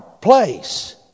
place